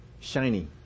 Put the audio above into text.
shiny